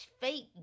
fake